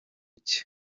cye